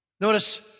Notice